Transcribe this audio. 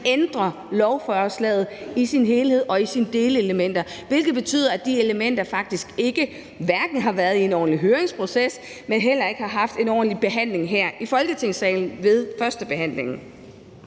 ændrer lovforslaget i sin helhed og i sine delelementer, hvilket betyder, at de elementer faktisk hverken har været i en ordentlig høringsproces, men heller ikke har haft en ordentlig behandling her i Folketingssalen ved førstebehandlingen.